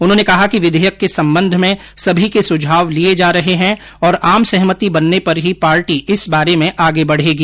उन्होंने कहा कि विधेयक के संबंध में सभी के सुझाव लिये जा रहे हैं और आम सहमति बनने पर ही पार्टी इस बारे में आगे बढ़ेगी